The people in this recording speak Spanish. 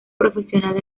profesional